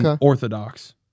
Orthodox